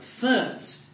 first